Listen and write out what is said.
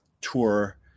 tour